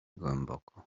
głęboko